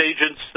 agents